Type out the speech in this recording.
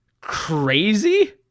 crazy